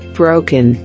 broken